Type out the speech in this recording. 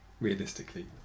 realistically